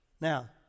Now